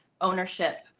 ownership